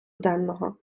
денного